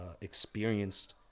experienced